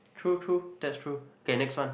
true true that's true okay next one